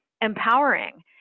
empowering